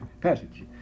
passage